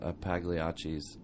Pagliacci's